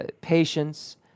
patience